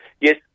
Yes